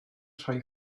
rhai